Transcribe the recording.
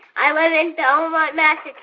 i live in belmont, mass.